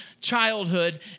childhood